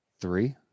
three